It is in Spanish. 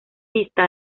vista